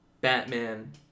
Batman